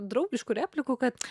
draugiškų replikų kad